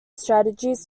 strategies